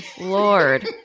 Lord